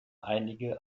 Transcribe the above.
einige